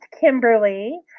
Kimberly